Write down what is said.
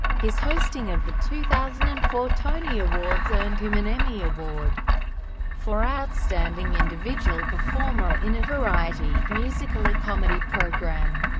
his hosting of the two thousand and four tony awards earned him an emmy award for outstanding individual performer in a variety, musical or comedy program.